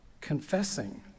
confessing